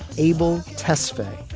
abel tesfaye,